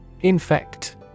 Infect